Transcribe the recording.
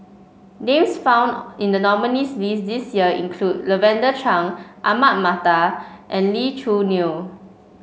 names found in the nominees' list this year include Lavender Chang Ahmad Mattar and Lee Choo Neo